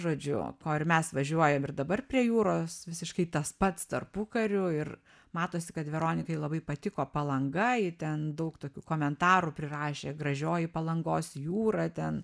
žodžiu ko ir mes važiuojam ir dabar prie jūros visiškai tas pats tarpukariu ir matosi kad veronikai labai patiko palanga ji ten daug tokių komentarų prirašė gražioji palangos jūra ten